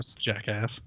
Jackass